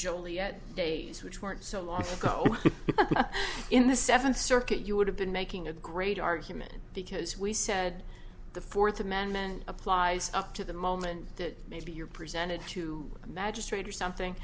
iet days which weren't so long ago in the seventh circuit you would have been making a great argument because we said the fourth amendment applies up to the moment that maybe you're presented to a magistrate or something